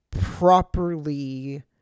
properly